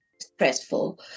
stressful